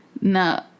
no